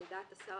לדעת השר,